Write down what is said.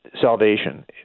salvation